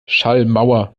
schallmauer